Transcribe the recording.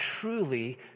truly